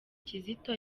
kizito